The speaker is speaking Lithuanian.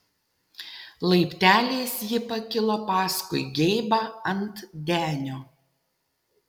laipteliais ji pakilo paskui geibą ant denio